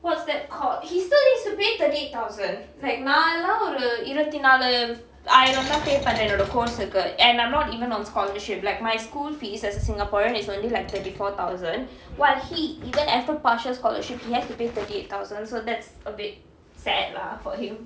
what's that called he still needs to pay thirty eight thousand like நாலா ஒரு இருவத்தி நாளு ஆயிரம்லா:naalaa oru iruvathi naalu aayiramlaa pay பண்ணுற என்:pannura en course க்கு:kku and I'm not even on scholarship like my school fees as a singaporean is only like twenty four thousand while he even after partial scholarship he has to pay thity eight thousand so that's a bit sad lah for him